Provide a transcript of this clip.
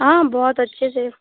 हाँ बहुत अच्छे से